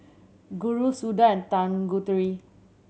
Guru Suda and Tanguturi